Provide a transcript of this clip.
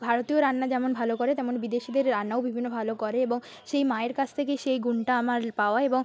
ভারতীয় রান্না যেমন ভালো করে তেমন বিদেশিদের রান্নাও বিভিন্ন ভালো করে এবং সেই মায়ের কাছ থেকেই সেই গুণটা আমার পাওয়া এবং